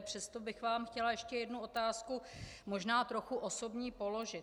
Přesto bych vám chtěla ještě jednu otázku, možná trochu osobní, položit.